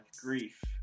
grief